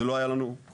זה לא היה לנו קודם,